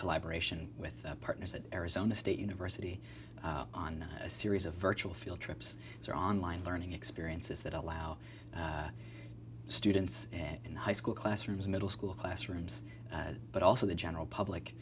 collaboration with partners at arizona state university on a series of virtual field trips or online learning experiences that allow students and high school classrooms middle school classrooms but also the general public